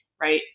right